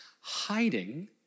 Hiding